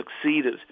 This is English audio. succeeded